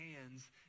hands